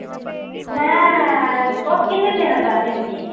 में तुस किन्ने देना चाह्न्नें मिगी